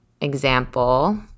example